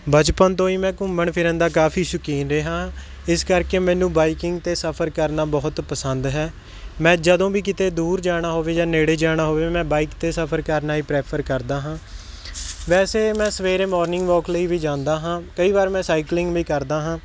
ਬਚਪਨ ਤੋਂ ਹੀ ਮੈਂ ਘੁੰਮਣ ਫਿਰਨ ਦਾ ਕਾਫ਼ੀ ਸ਼ੁਕੀਨ ਰਿਹਾ ਇਸ ਕਰਕੇ ਮੈਨੂੰ ਬਾਈਕਿੰਗ 'ਤੇ ਸਫ਼ਰ ਕਰਨਾ ਬਹੁਤ ਪਸੰਦ ਹੈ ਮੈਂ ਜਦੋਂ ਵੀ ਕਿਤੇ ਦੂਰ ਜਾਣਾ ਹੋਵੇ ਜਾਂ ਨੇੜੇ ਜਾਣਾ ਹੋਵੇ ਮੈਂ ਬਾਈਕ 'ਤੇ ਸਫ਼ਰ ਕਰਨਾ ਹੀ ਪਰੈਫੇਰ ਕਰਦਾ ਹਾਂ ਵੈਸੇ ਮੈਂ ਸਵੇਰੇ ਮੋਰਨਿੰਗ ਵਾਕ ਲਈ ਵੀ ਜਾਂਦਾ ਹਾਂ ਕਈ ਵਾਰ ਮੈਂ ਸਾਈਕਲਿੰਗ ਵੀ ਕਰਦਾ ਹਾਂ